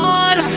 on